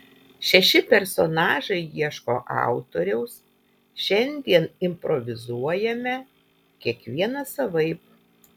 šeši personažai ieško autoriaus šiandien improvizuojame kiekvienas savaip